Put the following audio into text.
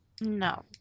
No